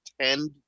tend